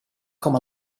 com